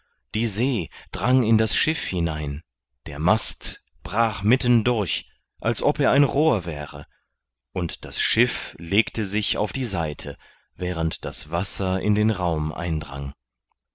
die see drang in das schiff hinein der mast brach mitten durch als ob er ein rohr wäre und das schiff legte sich auf die seite während das wasser in den raum eindrang